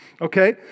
okay